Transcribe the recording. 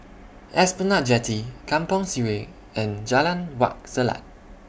Esplanade Jetty Kampong Sireh and Jalan Wak Selat